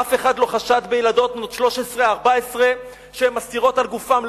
אף אחד לא חשד בילדות בנות 13 14 שהן מסתירות על גופן,